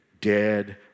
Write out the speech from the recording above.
dead